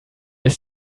ist